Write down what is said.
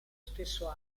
stesso